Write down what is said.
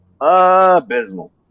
abysmal